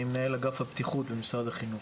אני מנהל אגף הבטיחות במשרד החינוך,